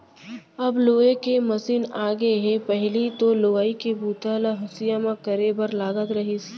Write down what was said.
अब लूए के मसीन आगे हे पहिली तो लुवई के बूता ल हँसिया म करे बर लागत रहिस